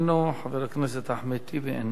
חבר הכנסת אחמד טיבי איננו,